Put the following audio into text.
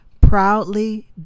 Proudly